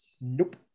Nope